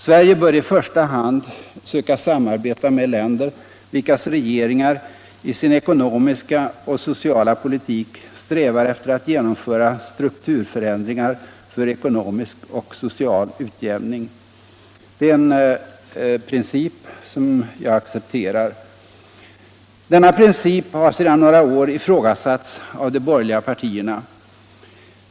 Sverige bör i första hand söka samarbeta med länder, vilkas regeringar i sin ekonomiska och sociala politik strävar efter att genomföra strukturförändringar för ekonomisk och social utjämning. Det är en princip som jag accepterar. Denna princip har sedan några år ifrågasatts av de borgerliga partierna.